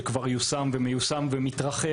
שכבר יושם וגם מתרחב,